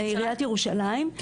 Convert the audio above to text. ירושלים?